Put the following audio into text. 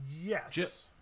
Yes